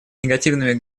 негативными